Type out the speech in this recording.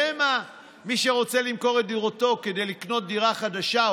שמא מי שרוצה למכור את דירתו כדי לקנות דירה חדשה,